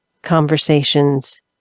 conversations